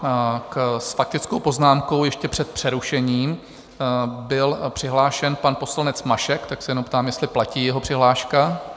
S faktickou poznámkou ještě před přerušením byl přihlášen pan poslanec Mašek, tak se jenom ptám, jestli platí jeho přihláška?